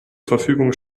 verfügung